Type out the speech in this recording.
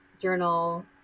journal